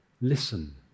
listen